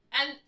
and-